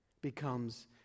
becomes